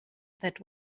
that